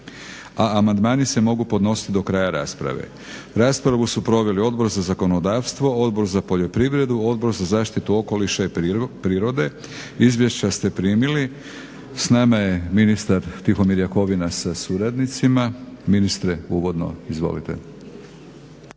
A amandmani se mogu podnositi do kraja rasprave. Raspravu su proveli Odbor za zakonodavstvo, Odbor za poljoprivredu, Odbor za zaštitu okoliša i prirode. Izvješća ste primili. S nama je ministar Tihomir Jakovina sa suradnicima. Ministre uvodno, izvolite.